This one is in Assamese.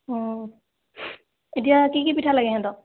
অঁ এতিয়া কি কি পিঠা লাগে সিহঁতক